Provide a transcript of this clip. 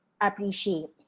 appreciate